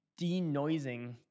denoising